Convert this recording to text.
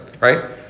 right